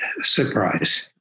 Surprise